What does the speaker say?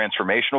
transformational